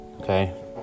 Okay